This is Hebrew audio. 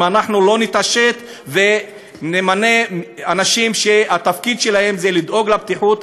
אם אנחנו לא נתעשת ונמנה אנשים שהתפקיד שלהם זה לדאוג לבטיחות,